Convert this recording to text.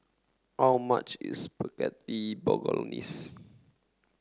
how much is Spaghetti Bolognese